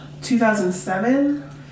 2007